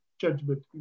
judgment